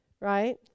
right